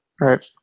right